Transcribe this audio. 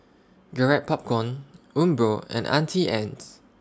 Garrett Popcorn Umbro and Auntie Anne's